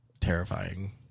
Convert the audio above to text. terrifying